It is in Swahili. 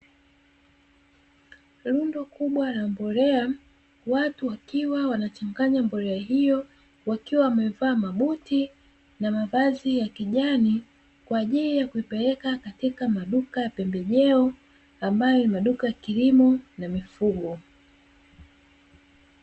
Rundo kubwa la mbolea watu wakiwa wanachanganya mbole hiyo, wakiwa wamevaa mabuti na mavazi ya kijani. Kwa ajili ya kuipeleka katika maduka ya pembejeo, ambayo ni maduka ya kilimo na mifugo.